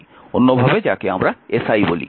অন্যভাবে যাকে আমরা SI বলি